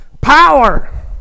Power